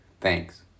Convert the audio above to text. Thanks